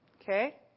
Okay